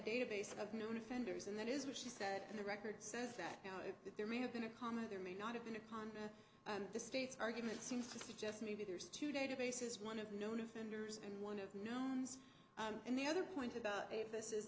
database of known offenders and that is what she said and the records says that you know that there may have been a comma there may not have been a part of the state's argument seems to suggest maybe there's two databases one of known offenders and one of knowns and the other point about this is